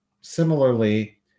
similarly